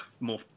more